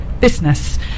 business